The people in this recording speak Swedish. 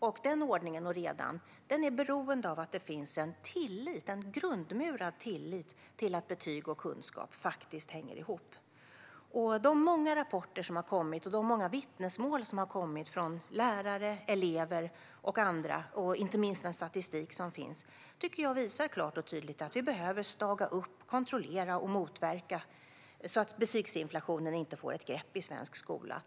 Och den ordningen och redan är beroende av att det finns en grundmurad tillit till att betyg och kunskap hänger ihop. De många rapporter och vittnesmål som har kommit från lärare, elever och andra, inte minst den statistik som finns, visar klart och tydligt att vi behöver staga upp, kontrollera och motverka så att betygsinflationen inte får ett grepp i svensk skola.